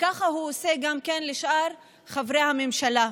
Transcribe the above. וככה הוא עושה גם לשאר חברי הממשלה.